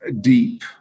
deep